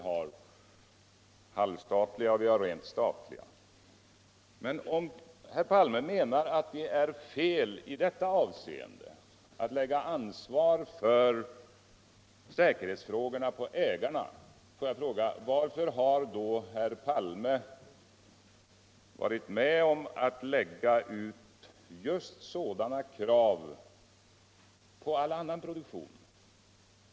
halvstatliga och rent statliga aggregat, och om herr Palme menar avt det är fel i deua avseende avu ligga ansvaret för säkerhetsfrågorna på ägarna, vill jag fråga: Varför har då herr Palme varit med onm att ställa just sådana krav när det giller all annan produktion?